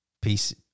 Peace